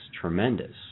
tremendous